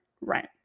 rent